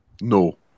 No